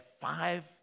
five